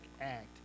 act